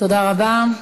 תודה רבה.